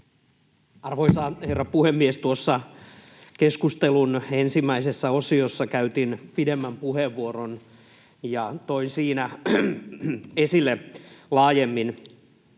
Arvoisa herra puhemies! Tuossa keskustelun ensimmäisessä osiossa käytin pidemmän puheenvuoron ja toin siinä esille laajemmin